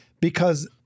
Because-